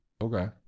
Okay